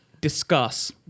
Discuss